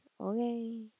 Okay